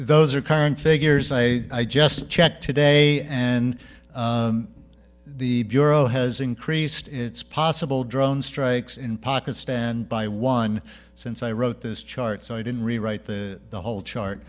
those are current figures i just checked today and the bureau has increased its possible drone strikes in pakistan by one since i wrote this chart so i didn't rewrite the whole chart